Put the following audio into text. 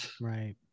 Right